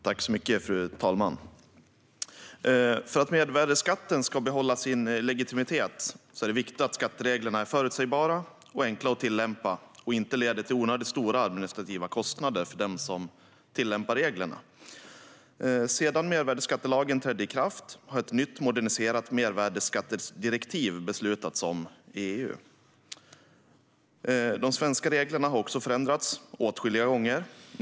Fru talman! För att mervärdesskatten ska behålla sin legitimitet är det viktigt att skattereglerna är förutsägbara och enkla att tillämpa och inte leder till onödigt stora administrativa kostnader för dem som tillämpar reglerna. Sedan mervärdesskattelagen trädde i kraft har ett nytt, moderniserat mervärdesskattedirektiv beslutats om i EU. De svenska reglerna har också förändrats åtskilliga gånger.